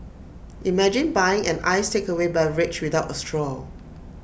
imagine buying an iced takeaway beverage without A straw